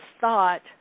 thought